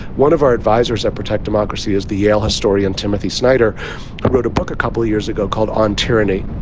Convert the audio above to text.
one of our advisers that protect democracy is the yale historian timothy snyder wrote a book a couple of years ago called on tyranny,